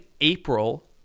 April